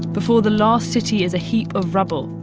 before the last city is a heap of rubble,